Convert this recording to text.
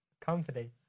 company